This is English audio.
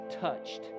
touched